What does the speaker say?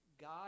God